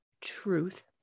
truth